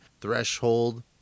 threshold